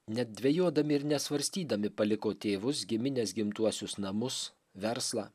nedvejodami ir nesvarstydami paliko tėvus gimines gimtuosius namus verslą